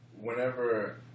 whenever